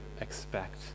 expect